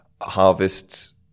harvests